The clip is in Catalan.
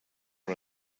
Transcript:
per